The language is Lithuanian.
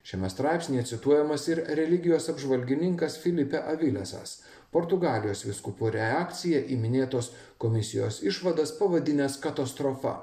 šiame straipsnyje cituojamas ir religijos apžvalgininkas filipe avilesas portugalijos vyskupų reakcija į minėtos komisijos išvadas pavadinęs katastrofa